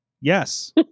yes